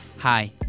Hi